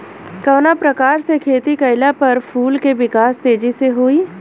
कवना प्रकार से खेती कइला पर फूल के विकास तेजी से होयी?